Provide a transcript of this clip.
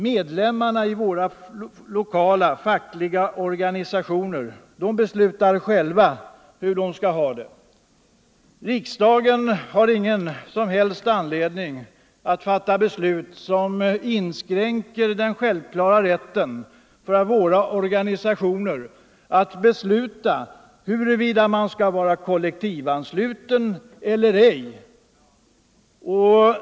Medlemmarna i våra lokala fackliga organisationer beslutar själva hur de skall ha det. Riksdagen har ingen som helst anledning att fatta beslut som inskränker den självklara rätten för organisationerna att bestämma huruvida medlemmarna skall vara kollektivanslutna eller ej.